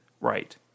right